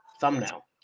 thumbnail